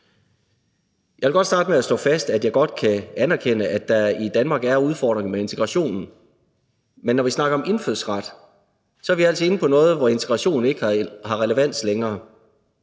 Jeg vil godt starte med at slå fast, at jeg godt kan anerkende, at der i Danmark er udfordringer med integrationen. Men når vi snakker om indfødsret, er vi altså inde på noget, hvor integration ikke har relevans længere.